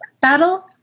battle